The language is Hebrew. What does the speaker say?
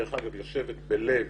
דרך אגב, יושבת בלב